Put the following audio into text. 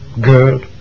girl